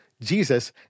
Jesus